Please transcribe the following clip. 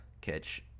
catch